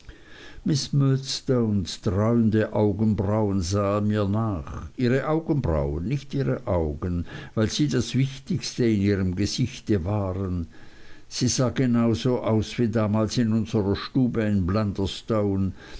miß murdstones dräuende augenbrauen sahen mir nach ihre augenbrauen nicht ihre augen weil sie das wichtigste in ihrem gesichte waren sie sah genau so aus wie damals in unserer stube in blunderstone